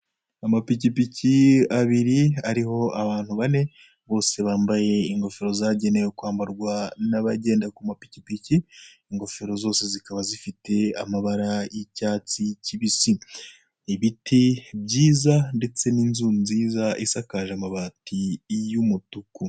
Amapikipi abiri ariho abantu bane bose bambaye ingofero zagenewe kwambarwa n'abagenda ku mapikipiki, Ingofero zose zikaba zifite amabara y'icyatsi kibisi. Ibiti byiza ndetse n'inzu nziza isakaje amabati y'umutuku.